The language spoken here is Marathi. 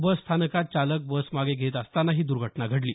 बसस्थानकात चालक बस मागे घेत असताना ही दुर्घटना घडली